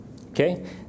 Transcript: okay